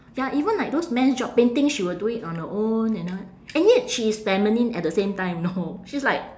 ya even like those man's job painting she will do it on her own and all and yet she is feminine at the same time know she's like